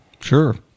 Sure